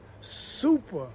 Super